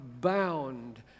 bound